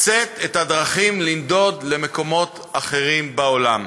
מוצאת את הדרכים לנדוד למקומות אחרים בעולם.